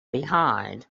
behind